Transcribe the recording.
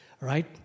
right